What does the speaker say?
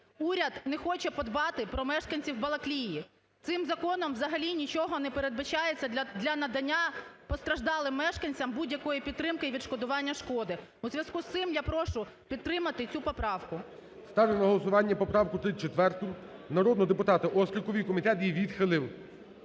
уряд не хоче подбати про мешканців Балаклії. Цим законом взагалі нічого не передбачається для надання постраждалим мешканцям будь-якої підтримки і відшкодування шкоди. У зв'язку з цим я прошу підтримати цю поправку. ГОЛОВУЮЧИЙ. Ставлю на голосування поправку 34 народного депутата Острікової. Комітет її відхилив.